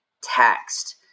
taxed